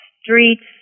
streets